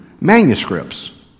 manuscripts